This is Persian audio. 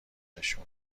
نشون